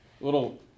little